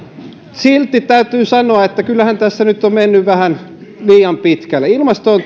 silti täytyy sanoa että kyllähän tässä nyt on mennyt vähän liian pitkälle ilmasto on